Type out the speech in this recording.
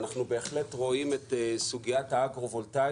ואנחנו בהחלט רואים את סוגיית האגרו-וולטאי